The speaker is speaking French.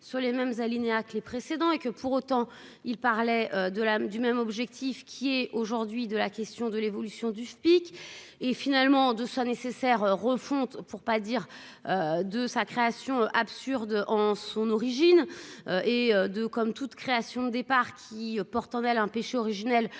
sur les mêmes alinéa que les précédents et que pour autant il parlait de l'âme du même objectif qui est aujourd'hui de la question de l'évolution du FPIC et finalement de 100 nécessaire refonte pour pas dire de sa création absurde on son origine et de, comme toute création de départ qui porte en elle un pêché originel,